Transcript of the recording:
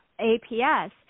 APS